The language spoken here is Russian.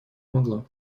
могла